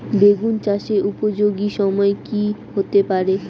বেগুন চাষের উপযোগী সময় কি হতে পারে?